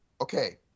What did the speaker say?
Okay